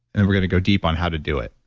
and we're going to go deep on how to do it